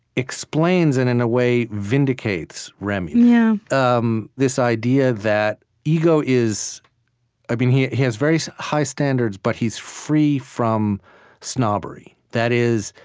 explains and, in a way, vindicates remy yeah um this idea that ego is ah he has very high standards, but he's free from snobbery. that is,